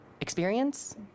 experience